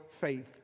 faith